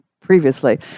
previously